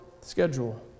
schedule